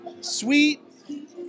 Sweet